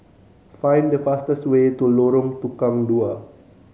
find the fastest way to Lorong Tukang Dua